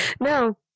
no